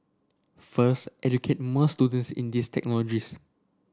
first educate more students in these technologies